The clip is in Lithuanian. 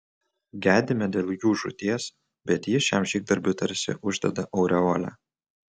gedime dėl jų žūties bet ji šiam žygdarbiui tarsi uždeda aureolę